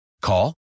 Call